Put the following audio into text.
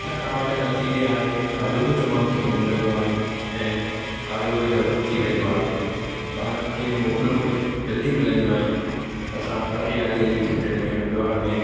थकावट न थींदी आहे खाधो बि तमामु सुठो मिलंदो आहे ऐं खाधो बि हज़म थी वेंदो आहे ॿारनि खे मोकिलूं बि जल्दी मिलंदियूं आहिनि असां हर ॾियारीअ जी छुटियुनि में हरिद्वार में